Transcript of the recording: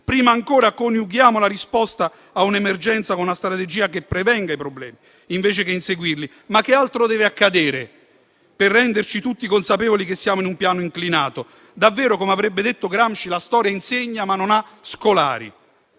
prima ancora, coniughiamo la risposta a un'emergenza con una strategia che prevenga i problemi, invece che inseguirli. Che altro deve accadere per renderci tutti consapevoli che siamo su un piano inclinato? Davvero - come avrebbe detto Gramsci - la storia insegna, ma non ha scolari?